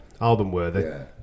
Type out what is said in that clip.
album-worthy